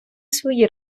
свої